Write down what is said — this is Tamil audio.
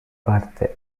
பார்த்த